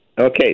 Okay